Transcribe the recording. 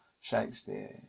Shakespeare